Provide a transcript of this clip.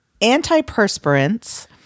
antiperspirants